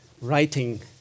writing